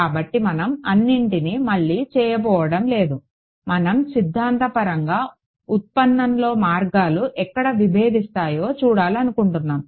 కాబట్టి మనం అన్నింటినీ మళ్లీ చేయబోవడం లేదు మనం సిద్దాంతపరంగా ఉత్పన్నంలో మార్గాలు ఎక్కడ విభేదిస్తాయో చూడాలనుకుంటున్నాము